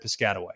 Piscataway